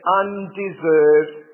undeserved